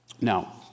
Now